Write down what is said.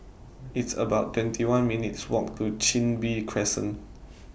It's about twenty one minutes' Walk to Chin Bee Crescent